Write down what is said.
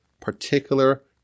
particular